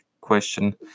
question